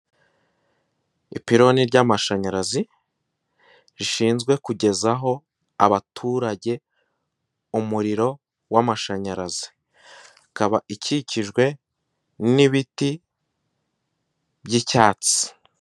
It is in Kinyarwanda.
Ipironi ry'amashanyarazi rishinzwe kugezaho abaturage umuriro w'amashanyarazi. Ikaba ikikijwe n'ibiti by'icyatsi.